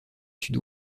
sud